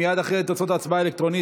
מייד לאחר תוצאות ההצבעה האלקטרונית